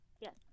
Yes